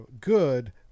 good